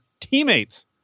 teammates